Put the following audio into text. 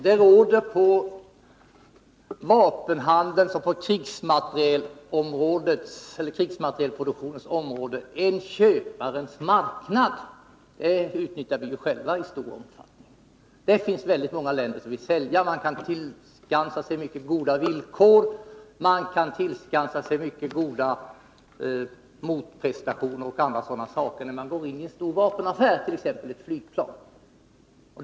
Det råder på vapenhandelns och krigsmaterielproduktionens område en köparens marknad. Det utnyttjar vi ju själva i stor omfattning. Det finns väldigt många länder som vill sälja, och man kan tillskansa sig mycket goda villkor, mycket goda motprestationer och andra sådana saker när man går in i en stor vapenaffär, t.ex. när det gäller ett flygplan.